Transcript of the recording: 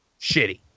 shitty